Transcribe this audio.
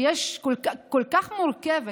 כל כך מורכבת,